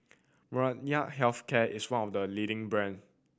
Molnylcke Health Care is one of the leading brands